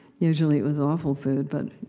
usually it was awful food, but